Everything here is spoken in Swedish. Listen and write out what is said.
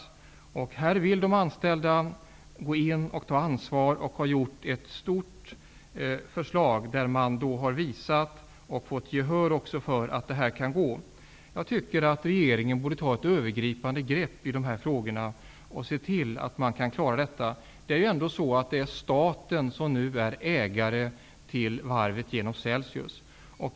I detta fall vill de anställda gå in och ta ansvar, och de har gjort ett stort förslag där de har visat, och även fått gehör för, att detta kan gå. Jag tycker att regeringen borde ta ett övergripande grepp i dessa frågor och se till att man kan klara detta. Det är ändå staten som nu är ägare till varvet genom Celsius.